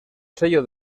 sello